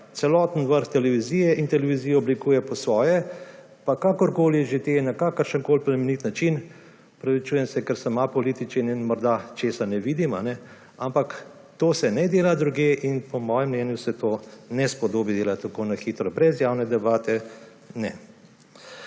celoten vrh televizije in televizijo oblikuje po svoje, pa kakorkoli že in na kakršenkoli plemenit način, opravičujem se, ker sem apolitičen in morda česa ne vidim, ampak to se ne dela drugje in po mojem mnenju se to ne spodobi delati tako na hitro brez javne debate. Dr.